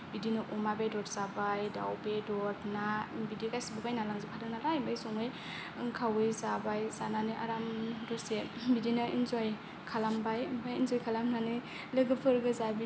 बिदिनो अमा बेदर जाबाय दाउ बेदर ना बिदि गासिबो बायना लांजोबखादों नालाय ओमफ्राय सङै खावै जाबाय जानानै आराम दसे बिदिनो इनजय खालामबाय ओमफ्राय इनजय खालामनानै लोगोफोर गोजा बिदिनो